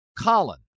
Colin